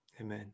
Amen